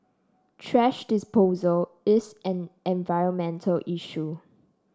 thrash disposal is an environmental issue